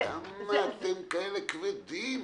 למה אתם כאלה כבדים?